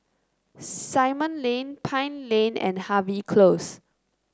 Simon Lane Pine Lane and Harvey Close